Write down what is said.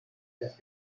las